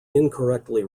incorrectly